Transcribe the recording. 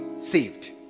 saved